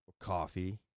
coffee